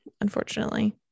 unfortunately